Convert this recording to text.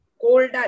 cold